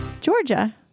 Georgia